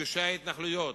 בגושי ההתנחלויות.